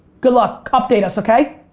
good luck, update us, okay?